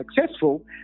successful